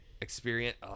experience